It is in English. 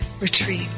Retreat